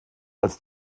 als